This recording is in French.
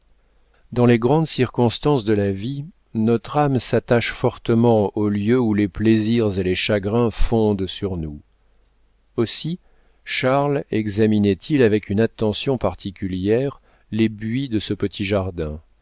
dans les grandes circonstances de la vie notre âme s'attache fortement aux lieux où les plaisirs et les chagrins fondent sur nous aussi charles examinait il avec une attention particulière les buis de ce petit jardin